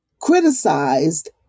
criticized